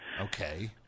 Okay